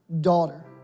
daughter